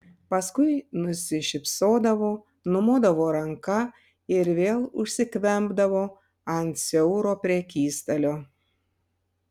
paskui nusišypsodavo numodavo ranka ir vėl užsikvempdavo ant siauro prekystalio